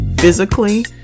physically